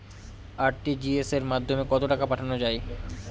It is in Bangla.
আর.টি.জি.এস এর মাধ্যমে কত টাকা পাঠানো যায়?